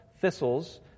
thistles